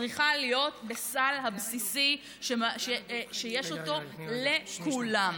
צריכה להיות בסל הבסיסי שיש לכולם.